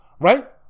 Right